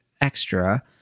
extra